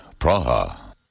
Praha